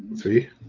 three